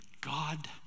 God